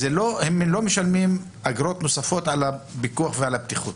הם לא משלמים אגרות נוספות על הפיקוח ועל הבטיחות.